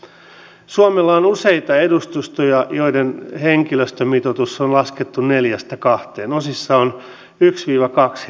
se oli hyvin mielenkiintoinen ja erityisen mielenkiintoista on kysyä kannatatteko te fiskaalista devalvaatiota kun viittasitte eräisiin tutkimuslaitoksiin